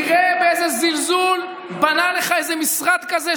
תראה באיזה זלזול בנה לך איזה משרד כזה,